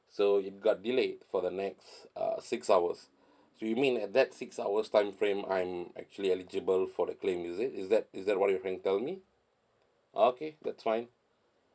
so it got delayed for the next uh six hours you mean at that six hours timeframe I'm actually eligible for the claim is it is that is that what you're trying to tell me okay that's fine